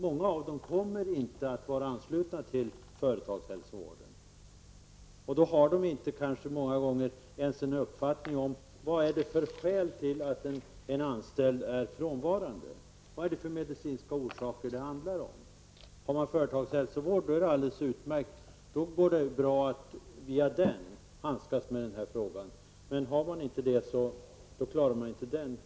Många av dem kommer inte att vara anslutna till företagshälsovården. Och då har de många gånger kanske inte någon uppfattning om varför en anställd är frånvarande, vilka medicinska orsaker det handlar om. Om man är ansluten till företagshälsovården är det alldeles utmärkt, då går det bra att via den handskas med denna fråga, men om man inte är det klarar man inte detta.